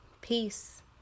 Peace